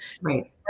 Right